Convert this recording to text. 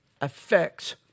affects